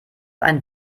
ein